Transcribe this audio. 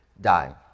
die